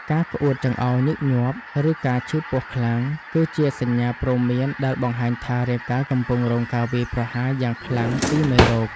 ការក្អួតចង្អោរញឹកញាប់ ឬការឈឺពោះខ្លាំង គឺជាសញ្ញាព្រមានដែលបង្ហាញថា រាងកាយកំពុងរងការវាយប្រហារយ៉ាងខ្លាំងពីមេរោគ។